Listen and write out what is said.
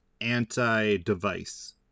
anti-device